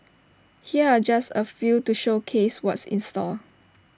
here are just A few to showcase what's in store